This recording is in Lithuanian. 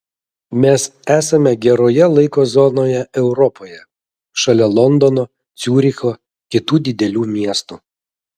mes esame geroje laiko zonoje europoje šalia londono ciuricho kitų didelių miestų